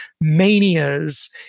manias